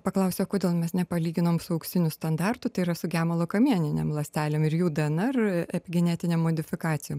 paklausiau kodėl mes nepalyginom su auksiniu standartu tai yra su gemalo kamieninėm ląstelėm ir jų dnr genetinėm modifikacijom